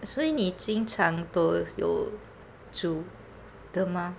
所以你经常都有煮的吗